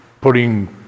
putting